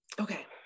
Okay